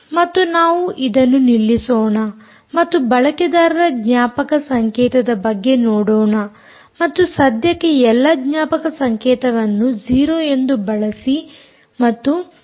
ಮತ್ತು ನಾವು ಇದನ್ನು ನಿಲ್ಲಿಸೋಣ ಮತ್ತು ಬಳಕೆದಾರರ ಜ್ಞಾಪಕ ಸಂಕೇತದ ಬಗ್ಗೆ ನೋಡೋಣ ಮತ್ತು ಸದ್ಯಕ್ಕೆ ಎಲ್ಲಾ ಜ್ಞಾಪಕ ಸಂಕೇತವನ್ನು 0 ಎಂದು ಬಳಸಿ